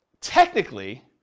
technically